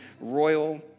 royal